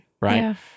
right